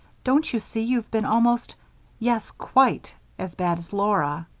don't you see you've been almost yes, quite as bad as laura?